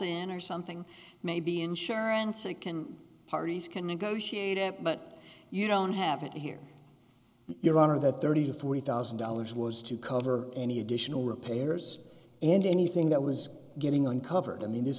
and or something maybe insurance it can parties can negotiate it but you don't have it here your honor that thirty to forty thousand dollars was to cover any additional repairs and anything that was getting uncovered i mean this